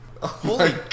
Holy